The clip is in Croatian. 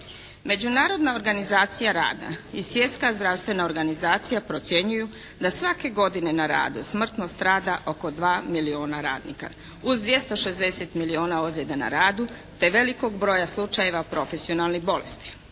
Međunarodna organizacija rada i Svjetska zdravstvena organizacija procjenjuju da svake godine na radu smrtno strada oko 2 milijuna radnika, uz 260 milijuna ozljeda na radu te velikog broja slučajeva profesionalnih bolesti.